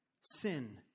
Sin